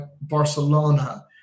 Barcelona